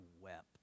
wept